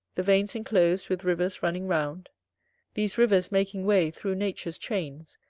the veins inclos'd with rivers running round these rivers making way through nature's chains,